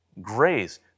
grace